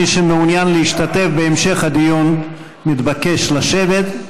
מי שמעוניין להשתתף בהמשך הדיון מתבקש לשבת.